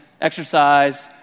exercise